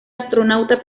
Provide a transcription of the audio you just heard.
astronauta